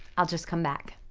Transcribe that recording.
i'll just come back.